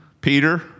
Peter